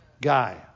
guy